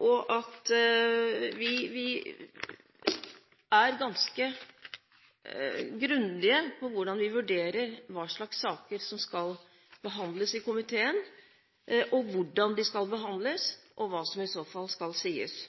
og vi er ganske grundige på hvordan vi vurderer hva slags saker som skal behandles i komiteen, og hvordan de skal behandles, og hva som i så fall skal sies.